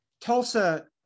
Tulsa